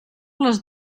les